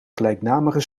gelijknamige